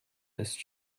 ist